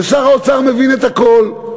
ושר האוצר מבין את הכול,